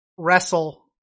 Wrestle